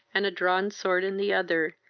and a drawn sword in the other,